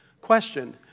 Question